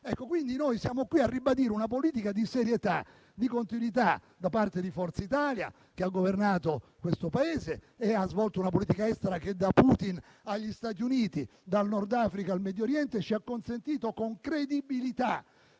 in televisione. Siamo qui a ribadire una politica di serietà e continuità da parte di Forza Italia, che ha governato questo Paese e ha svolto una politica estera che, da Putin agli Stati Uniti, dal Nordafrica al Medioriente, ci ha consentito con credibilità